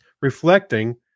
reflecting